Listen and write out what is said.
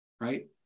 right